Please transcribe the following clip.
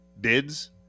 bids